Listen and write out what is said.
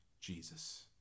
Jesus